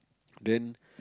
then